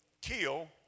kill